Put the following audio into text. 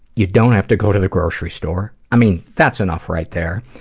you don't have to go to the grocery store, i mean, that's enough right there.